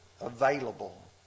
available